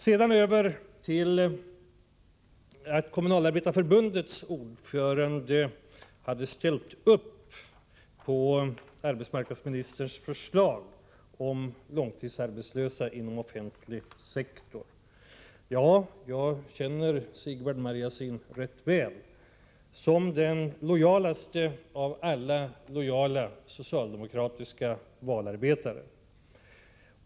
Anna-Greta Leijon sade att Kommunalarbetareförbundets ordförande har ställt upp på arbetsmarknadsministerns förslag om de långtidsarbetslösa inom den offentliga sektorn. Jag känner Sigvard Marjasin rätt väl. För mig framstår han som den lojalaste av alla lojala socialdemokratiska valarbetare.